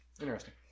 Interesting